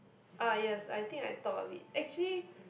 ah yes I think I thought of it actually